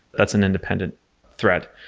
that's an independent threat.